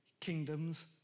kingdoms